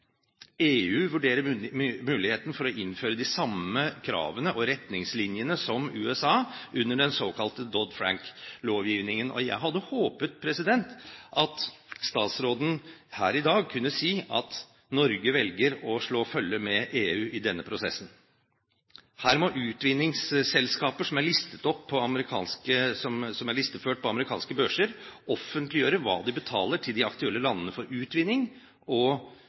EU vurderer muligheten for å innføre de samme kravene og retningslinjene som USA, under den såkalte Dodd-Frank-lovgivningen. Jeg hadde håpet at statsråden her i dag kunne si at Norge velger å slå følge med EU i denne prosessen. Her må utvinningsselskaper som er listeført på amerikanske børser, offentliggjøre hva de betaler til de aktuelle landene for utvinning og